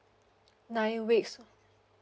nine weeks